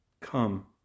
Come